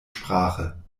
sprache